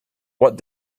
what